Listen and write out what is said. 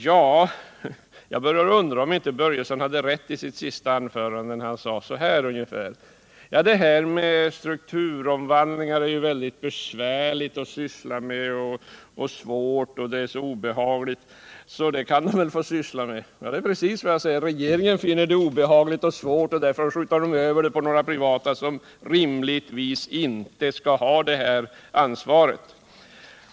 Jag börjar undra om inte Fritz Börjesson hade rätt i sitt senaste anförande, när han sade ungefär så här: Det här med strukturomvandlingar är väldigt besvärligt att syssla med och ganska obehagligt, så det kan väl andra få syssla med. — Det är precis vad jag sade: Regeringen finner det obehagligt och svårt, och därför skjuter den över det hela på några privata, som rimligtvis inte borde ha det ansvaret.